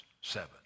seven